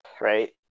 right